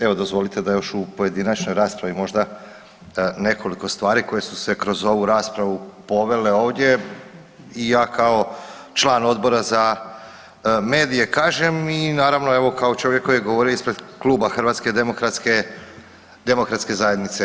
Evo dozvolite da još u pojedinačnoj raspravi možda nekoliko stvari koje su se kroz ovu raspravu povele ovdje i ja kao član Odbora za medije kažem i naravno evo kao čovjek koji je govorio ispred Kluba Hrvatske demokratske zajednice.